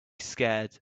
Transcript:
scared